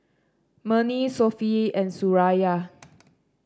Murni Sofea and Suraya